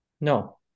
No